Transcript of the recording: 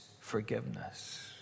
forgiveness